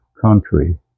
country